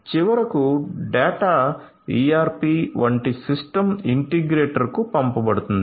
చివరకు data ERP వంటి system ఇంటిగ్రేటర్కు పంపబడుతుంది